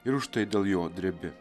ir už štai dėl jo drebi